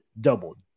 doubled